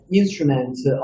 instruments